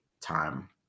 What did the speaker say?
time